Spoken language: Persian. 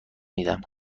میدم